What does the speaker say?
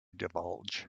divulge